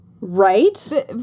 Right